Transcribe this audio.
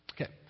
Okay